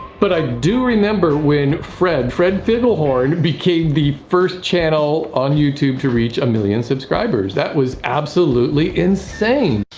but i do remember when fred, fred figglehorn became the first channel on youtube to reach a million subscribers. that was absolutely insane.